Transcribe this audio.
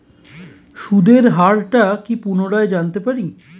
সুদের হার টা কি পুনরায় জানতে পারি?